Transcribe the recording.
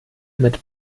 mit